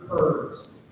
herds